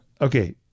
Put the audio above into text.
Okay